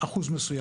לתת אחוז מסוים,